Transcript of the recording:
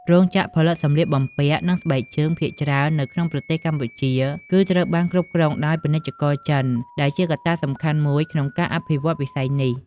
រោងចក្រផលិតសម្លៀកបំពាក់និងស្បែកជើងភាគច្រើននៅក្នុងប្រទេសកម្ពុជាគឺត្រូវបានគ្រប់គ្រងដោយពាណិជ្ជករចិន ដែលជាកត្តាដ៏សំខាន់មួយក្នុងការអភិវឌ្ឍវិស័យនេះ។